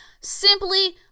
Simply